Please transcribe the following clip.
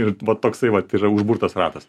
ir va toksai vat yra užburtas ratas